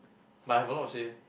but I have a lot to say eh